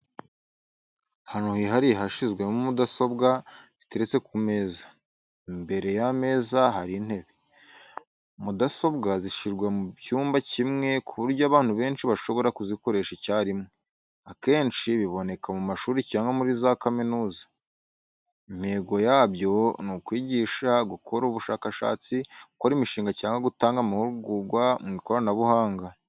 Ahantu hihariye hashyizwemo mudasobwa, ziteretse ku meza, imbere y'ameza hari intebe. Mudasobwa zishyirwa mu cyumba kimwe ku buryo abantu benshi bashobora kuzikoresha icyarimwe. Akenshi biboneka mu mashuri cyangwa muri za kaminuza. Intego yabyo ni ukwigisha, gukora ubushakashatsi, gukora imishinga, cyangwa gutanga amahugurwa mu ikoranabuhanga.